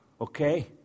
okay